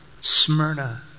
Smyrna